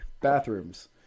bathrooms